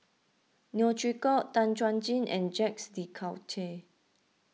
Neo Chwee Kok Tan Chuan Jin and Jacques De Coutre